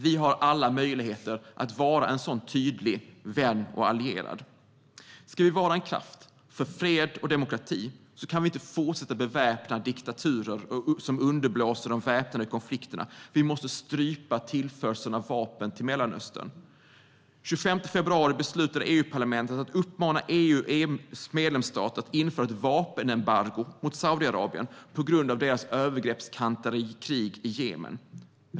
Vi har alla möjligheter att vara en sådan tydlig vän och allierad. Ska vi vara en kraft för fred och demokrati kan vi inte fortsätta att beväpna diktaturer som underblåser de väpnade konflikterna. Vi måste strypa tillförseln av vapen till Mellanöstern. Den 25 februari beslutade EU-parlamentet att uppmana EU och EU:s medlemsstater att införa ett vapenembargo mot Saudiarabien på grund av dess övergreppskantade krig i Jemen.